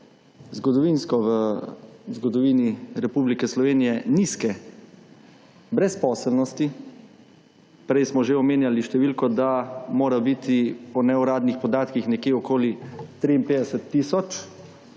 zgodovinsko v zgodovini Republike Slovenije nizke brezposelnosti, prej smo že omenjali številko, da mora biti po neuradnih podatkih nekje okoli 53 tisoč